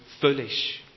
foolish